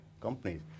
companies